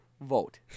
vote